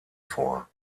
vor